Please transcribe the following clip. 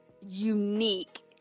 unique